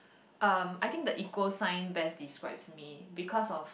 um I think the equal sign best describes me because of